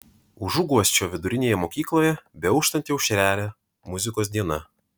užuguosčio vidurinėje mokykloje beauštanti aušrelė muzikos diena